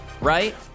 right